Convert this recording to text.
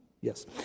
Yes